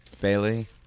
Bailey